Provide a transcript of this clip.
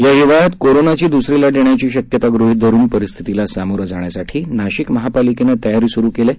या हिवाळ्यात कोरोनाची दूसरी लाट येण्याची शक्यता गृहीत धरून परिस्थितीला सामोरं जाण्यासाठी नाशिक महापालिकेनं तयारी सुरु केली आहे